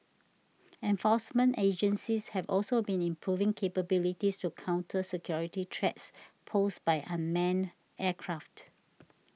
enforcement agencies have also been improving capabilities to counter security threats posed by unmanned aircraft